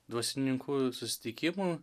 dvasininkų susitikimų